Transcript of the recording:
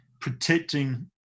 protecting